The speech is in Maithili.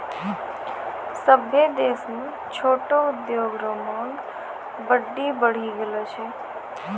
सभ्भे देश म छोटो उद्योग रो मांग बड्डी बढ़ी गेलो छै